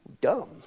dumb